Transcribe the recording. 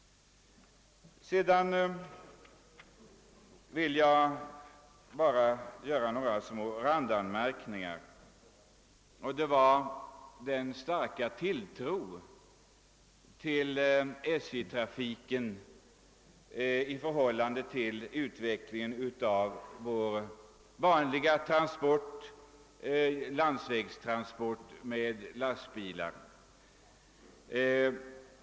Sedan vill jag bara göra några små randanmärkningar med anledning av den starka tilltron till SJ-trafiken i förhållande till utvecklingen av vår landsvägstransport med lastbilar.